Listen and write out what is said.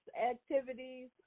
activities